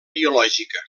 biològica